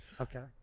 Okay